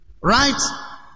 Right